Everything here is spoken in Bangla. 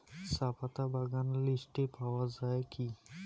চাপাতা বাগান লিস্টে পাওয়া যায় কি?